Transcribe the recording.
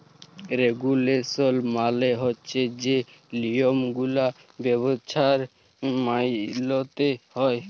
regulation মালে হছে যে লিয়মগুলা ব্যবছায় মাইলতে হ্যয়